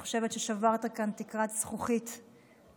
אני חושבת ששברת כאן תקרת זכוכית רצינית.